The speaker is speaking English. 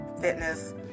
fitness